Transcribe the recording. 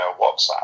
WhatsApp